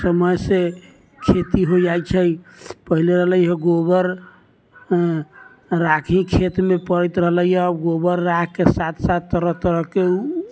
समयसँ खेती हो जाइ छै पहिले रहलै हँ गोबर राख खेतमे पड़ै रहलैए गोबर राखके साथ साथ तरह तरहके